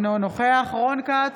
אינו נוכח רון כץ,